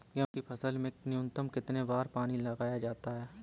गेहूँ की फसल में न्यूनतम कितने बार पानी लगाया जाता है?